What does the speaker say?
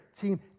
team